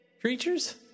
creatures